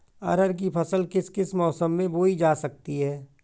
अरहर की फसल किस किस मौसम में बोई जा सकती है?